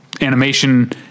animation